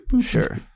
Sure